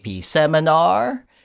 Seminar